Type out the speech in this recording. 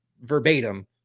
verbatim